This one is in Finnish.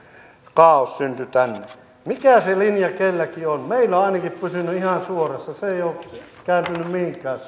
kaaos syntyi tänne mikä se linja kenelläkin on meillä on ainakin pysynyt ihan suorassa se ei ole kääntynyt mihinkään